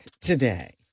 today